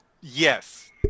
Yes